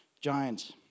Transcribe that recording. giants